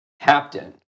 Captain